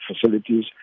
facilities